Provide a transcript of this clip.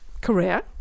career